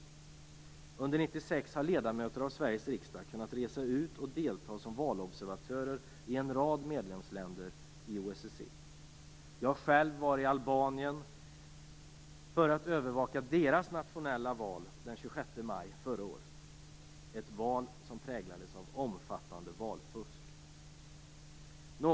Under 1996 har ledamöter av Sveriges riksdag kunnat resa ut och delta som valobservatörer i en rad medlemsländer inom OSSE. Jag själv var i Albanien för att övervaka dess nationella val den 26 maj förra året, ett val som präglades av omfattande valfusk.